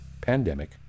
pandemic